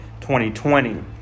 2020